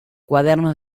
cuadernos